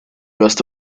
rest